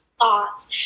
thoughts